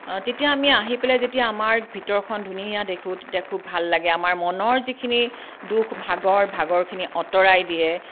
তেতিয়া আমি আহি পেলাই যেতিয়া আমাৰ ভিতৰখন ধুনীয়া দেখোঁ তেতিয়া খুব ভাল লাগে আমাৰ মনৰ যিখিনি দুখ ভাগৰ ভাগৰখিনি আঁতৰাই দিয়ে